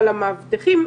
אבל המאבטחים,